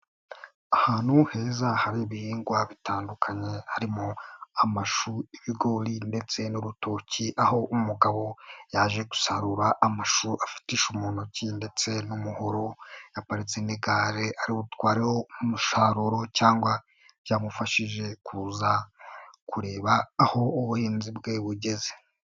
Ahantu heza hari ibihingwa bitandukanye, harimo amashu, ibigori ndetse n'urutoki, aho umugabo yaje gusarura amashu, afate ishu mu ntoki ndetse n'umuhoro yaparitse n'igare ari butwareho umusaruro cyangwa ryamufashije kuza kureba aho ubuhinzi bwe bugeze.